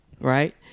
right